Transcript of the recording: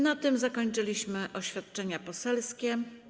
Na tym zakończyliśmy oświadczenia poselskie.